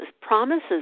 promises